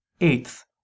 Eighth